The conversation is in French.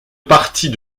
partie